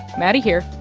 maddie here.